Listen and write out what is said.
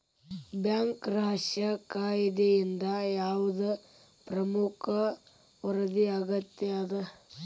Bank ರಹಸ್ಯ ಕಾಯಿದೆಯಿಂದ ಯಾವ್ದ್ ಪ್ರಮುಖ ವರದಿ ಅಗತ್ಯ ಅದ?